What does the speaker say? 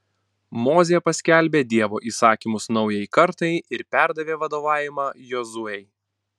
mozė paskelbė dievo įsakymus naujai kartai ir perdavė vadovavimą jozuei